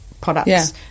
products